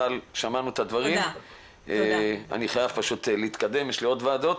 אני חייב פשוט להתקדם כיוון שיש לי עוד ועדות.